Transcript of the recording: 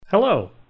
Hello